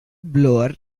blower